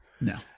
No